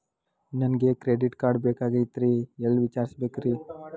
ನನಗೆ credit card ಬೇಕಾಗಿತ್ರಿ ಎಲ್ಲಿ ವಿಚಾರಿಸಬೇಕ್ರಿ?